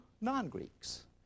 non-Greeks